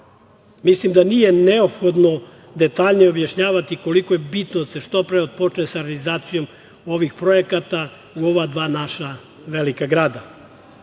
Vranju. Mislim da nije neophodno detaljnije objašnjavati koliko je bitno da se što pre otpočne sa realizacijom ovih projekata u ova dva naša velika grada.